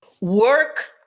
work